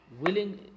willing